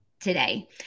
today